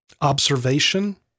observation